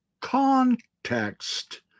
context